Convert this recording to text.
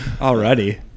already